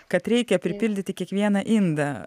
kad reikia pripildyti kiekvieną indą